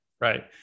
right